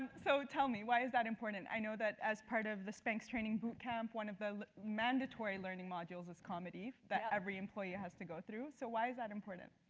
so tell me, why is that important. i know that as part of the spanx training but camp, one of the mandatory learning modules is comedy, that every employee has to go through. so, why is that important?